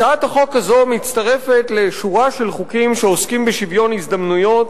הצעת החוק הזאת מצטרפת לשורה של חוקים שעוסקים בשוויון הזדמנויות,